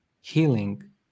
healing